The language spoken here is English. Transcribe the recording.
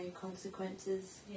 consequences